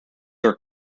your